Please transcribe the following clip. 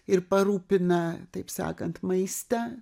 ir parūpina taip sakant maistą